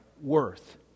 worth